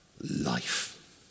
life